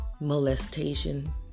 Molestation